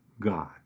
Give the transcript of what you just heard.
God